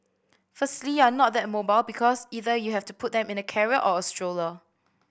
firstly you're not that mobile because either you have to put them in a carrier or a stroller